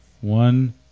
One